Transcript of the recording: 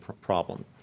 problem